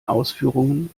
ausführungen